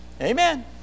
Amen